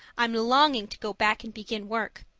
i'm longing to go back and begin work.